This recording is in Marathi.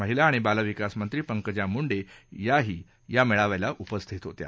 महिला आणि बालविकासमंत्री पंकजा मुंडे याही या मेळाव्याला उपस्थित होत्या